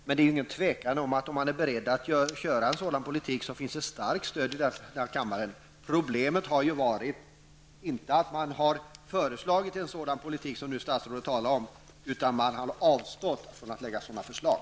Men det är inget tvivel om att vill man föra en sådan politik finns det starkt stöd i kammaren. Problemet har varit inte att man har föreslagit en sådan politik som statsrådet nu talar om utan att man har avstått från att lägga fram sådana förslag.